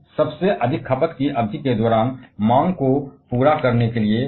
यानी कि सबसे ज्यादा खपत के दौरान मांग को पूरा करना